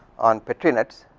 on petrinets,